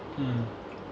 mm